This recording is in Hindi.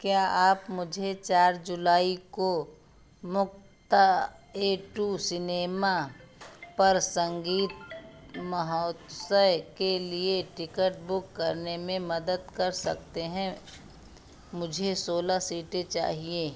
क्या आप मुझे चार जुलाई को मुक्ता ए टू सिनेमा पर संगीत महोत्सव के लिए टिकट बुक करने में मदद कर सकते हैं मुझे सोलह सीटें चाहिए